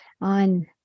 on